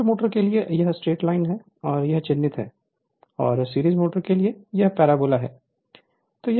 shunt motors के लिए यह स्ट्रेट लाइन है यह यहाँ चिह्नित है और सीरीज मोटर्स के लिए यह पैराबोला है